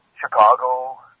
Chicago